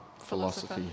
philosophy